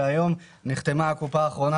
כאשר היום נחתמה הקופה האחרונה,